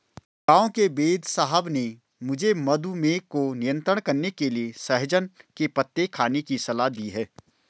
गांव के वेदसाहब ने मुझे मधुमेह को नियंत्रण करने के लिए सहजन के पत्ते खाने की सलाह दी है